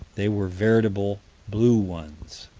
they were veritable blue ones